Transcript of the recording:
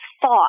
thought